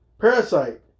Parasite